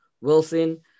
Wilson